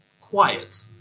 quiet